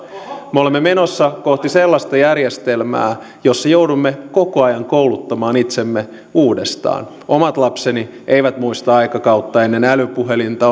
me olemme menossa kohti sellaista järjestelmää jossa joudumme koko ajan kouluttamaan itsemme uudestaan omat lapseni eivät muista aikakautta ennen älypuhelinta